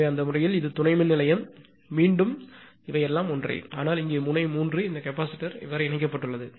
எனவே அந்த முறையில் இது துணை மின்நிலையம் மீண்டும் எல்லாம் ஒன்றே ஆனால் இங்கே முனை 3 இந்த கெபாசிட்டர் இணைக்கப்பட்டுள்ளது